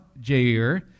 jair